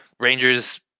Rangers